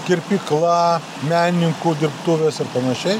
kirpykla menininkų dirbtuvės ir panašiai